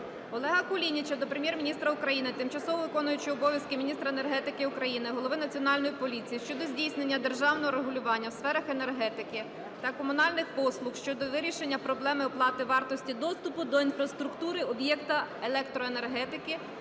Олега Кулініча до Прем'єр-міністра України, тимчасово виконуючої обов'язки міністра енергетики України, голови Національної поліції щодо здійснення державного регулювання у сферах енергетики та комунальних послуг щодо вирішення проблеми оплати вартості доступу до інфраструктури об'єкта електроенергетики